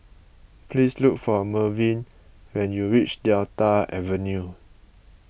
please look for Mervyn when you reach Delta Avenue